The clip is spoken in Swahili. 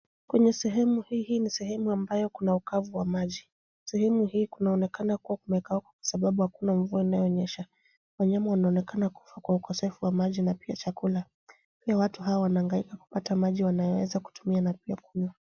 Kwenye sehemu hii, hii ni sehemu ambayo kuna ukavu wa maji. Sehemu hii kunaonekana limekatika kwa sababu hakuna mvua inayonyesha. Wanyama wanaonekana kufa kwa ukosefu wa maji pia chakula. Watu hawa wanahangaika kupata maji ya kutumia na kuweza kuyakunywa.